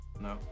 No